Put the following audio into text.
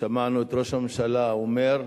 שמענו את ראש הממשלה אומר: